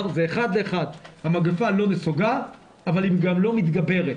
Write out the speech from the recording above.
זה 1:1. המגפה לא נסוגה אבל היא גם לא מתגברת.